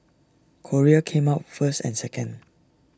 Korea came out first and second